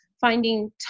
finding